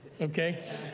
okay